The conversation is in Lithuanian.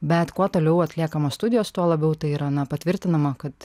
bet kuo toliau atliekamos studijos tuo labiau tai yra na patvirtinama kad